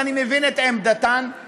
ואני מבין את עמדתן,